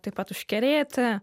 taip pat užkerėti